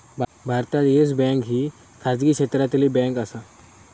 भारतात Yes Bank ही खाजगी क्षेत्रातली बँक आसा